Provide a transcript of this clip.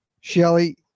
Shelly